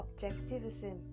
objectivism